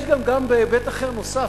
יש כאן היבט אחר נוסף,